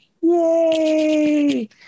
Yay